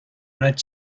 red